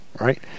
right